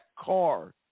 car